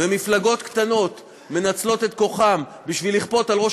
ומפלגות קטנות מנצלות את כוחן בשביל לכפות על ראש